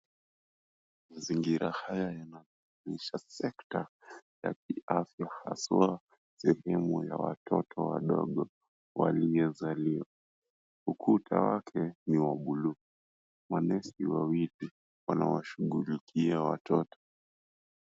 Mazingira haya yanaonyesha sekta ya kiafya haswa sehemu ya watoto wadogo waliozaliwa. Ukuta wake ni wa buluu. Wanesi wawili wanawashughulikia watoto.